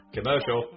Commercial